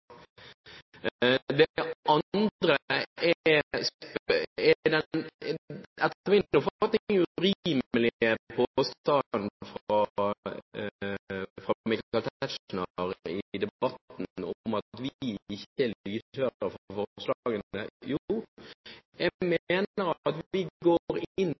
Det andre er den, etter min oppfatning, urimelige påstanden fra Michael Tetzschner i debatten om at vi ikke er lydhøre for forslagene. Jeg mener at vi går inn